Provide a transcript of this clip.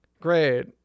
great